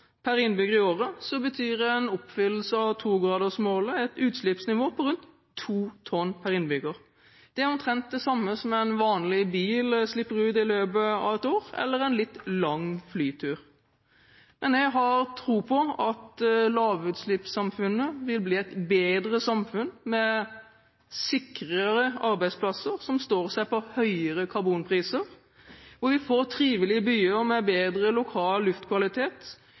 per innbygger i året, betyr en oppfyllelse av togradersmålet et utslippsnivå på rundt 2 tonn per innbygger. Det er omtrent det samme som en vanlig bil slipper ut i løpet av et år eller en litt lang flytur. Men jeg har tro på at lavutslippssamfunnet vil bli et bedre samfunn med sikrere arbeidsplasser som står seg på høyere karbonpriser, og vi vil få trivelige byer med bedre lokal luftkvalitet